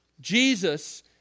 Jesus